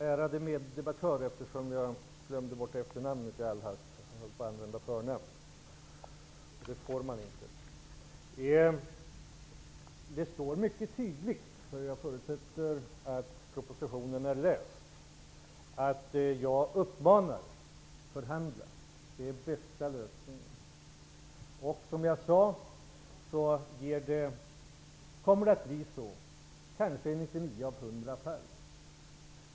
Fru talman! Ärade meddebattör! Jag glömde bort efternamnet i all hast och höll på att använda förnamnet, och det får man inte. Det står mycket tydligt i propositionen -- jag förutsätter att den är läst -- att jag uppmanar till förhandlingar. Det är den bästa lösningen. Det kommer att förhandlas i kanske 99 av 100 fall.